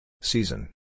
Season